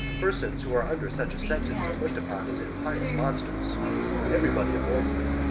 persons who are under such a sentence are looked upon as impious monsters everybody avoids them,